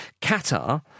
Qatar